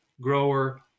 grower